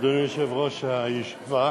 אדוני יושב-ראש הישיבה,